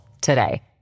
today